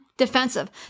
defensive